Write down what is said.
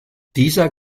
dieser